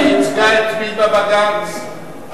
היושב-ראש, אם אתם תומכים, אז מה הבעיה?